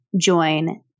join